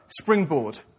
springboard